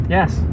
Yes